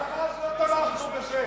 גם אז לא תמכנו בזה.